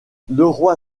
leroy